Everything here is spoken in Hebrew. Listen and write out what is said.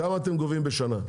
כמה אתם גובים בשנה?